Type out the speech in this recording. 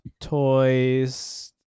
toys